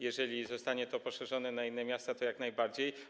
Jeżeli zostanie to poszerzone na inne miasta, to jak najbardziej.